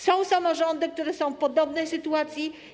Są samorządy, które są w podobnej sytuacji.